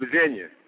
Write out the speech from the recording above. Virginia